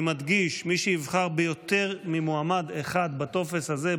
אני מדגיש: מי שיבחר ביותר ממועמד אחד בטופס הזה,